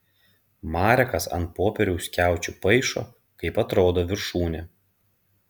marekas ant popieriaus skiaučių paišo kaip atrodo viršūnė